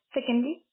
Secondly